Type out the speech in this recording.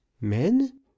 Men